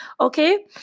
okay